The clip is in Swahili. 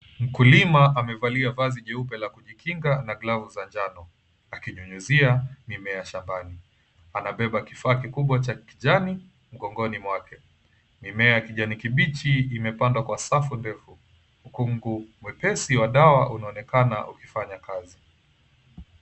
Mkulima amevalia vazi jeupe la kujikinga na glavu za njano akinyunyuzia mimea shambani. Amebeba kifaa kikubwa cha kijani mgongoni mwake. Mimea ya kijani kibichi imepandwa kwa safu pevu. Ukungu mwepesi wa dawa unaonekana ukifanya kazi.